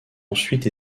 ensuite